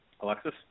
Alexis